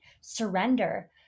surrender